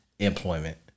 employment